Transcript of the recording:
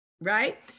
right